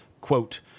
quote